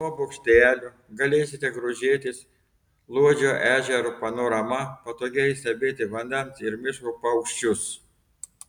nuo bokštelio galėsite grožėtis luodžio ežero panorama patogiai stebėti vandens ir miško paukščius